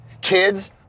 Kids